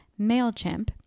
MailChimp